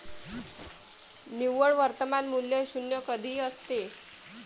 निव्वळ वर्तमान मूल्य शून्य कधी असते?